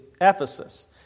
Ephesus